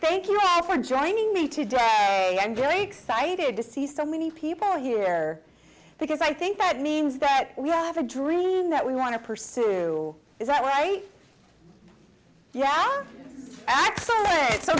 thank you for joining me today i'm very excited to see so many people here because i think that means that we all have a dream that we want to pursue that way yeah